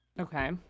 Okay